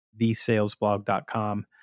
TheSalesBlog.com